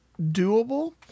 doable